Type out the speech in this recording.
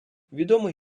відомий